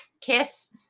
kiss